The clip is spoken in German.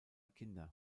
kinder